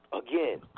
again